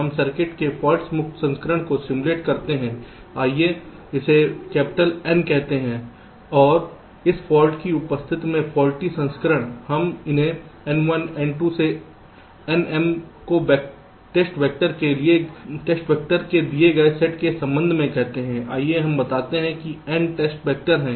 हम सर्किट के फाल्ट मुक्त संस्करण को सिमुलेट करते हैं आइए इसे कैपिटल N कहते हैं और इस फाल्ट की उपस्थिति में फौल्टी संस्करण हम इन्हें N 1 N 2 से Nm को टेस्ट वेक्टर के दिए गए सेट के संबंध में कहते हैं आइए हम बताते हैं N टेस्ट वैक्टर हैं